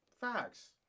Facts